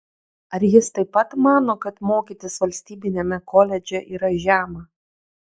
ar jis taip pat mano kad mokytis valstybiniame koledže yra žema